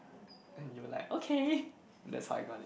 and you were like okay just hug on it